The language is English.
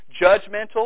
judgmental